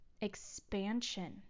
expansion